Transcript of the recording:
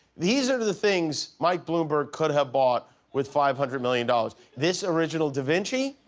these are the things mike bloomberg could have bought with five hundred million dollars. this original da vinci.